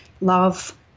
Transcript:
love